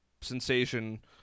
sensation